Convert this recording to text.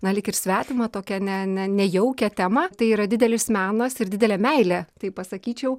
na lyg ir svetimą tokią ne ne nejaukią temą tai yra didelis menas ir didelė meilė tai pasakyčiau